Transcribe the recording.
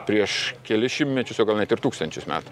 prieš kelis šimtmečius o gal net ir tūkstančius metų